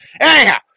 Anyhow